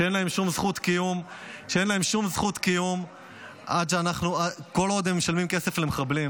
שאין להם שום זכות קיום כל עוד הם משלמים כסף למחבלים,